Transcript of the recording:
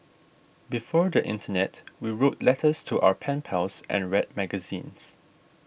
before the internet we wrote letters to our pen pals and read magazines